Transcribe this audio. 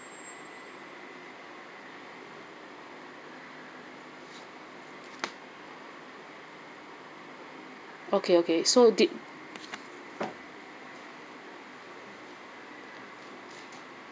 okay okay so did